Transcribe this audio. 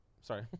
Sorry